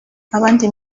abandi